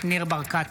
ניר ברקת,